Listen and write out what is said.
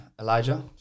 Elijah